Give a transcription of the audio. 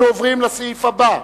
אנחנו עוברים לסעיף הבא: